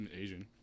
asian